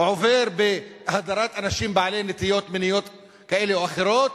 עובר בהדרת אנשים בעלי נטיות מיניות כאלה או אחרות.